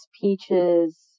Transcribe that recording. peaches